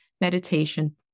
meditation